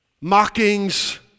mockings